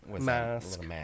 mask